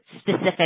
specific